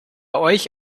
euch